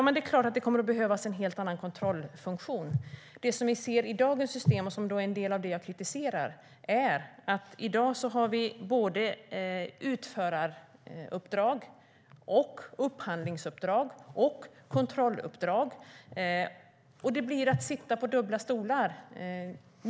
Det är klart att det kommer att behövas en helt annan kontrollfunktion. Det som vi ser i dagens system och som är det som jag kritiserar är att det samtidigt finns ett utföraruppdrag, ett upphandlingsuppdrag och ett kontrolluppdrag, och det leder till att man sitter på dubbla stolar.